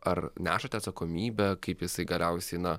ar nešate atsakomybę kaip jisai galiausiai na